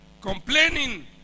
complaining